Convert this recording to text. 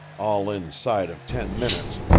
all inside of ten minutes,